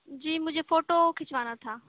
جی مجھے فوٹو کھچوانا تھا